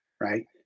right